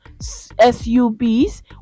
SUBs